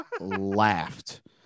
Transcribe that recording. laughed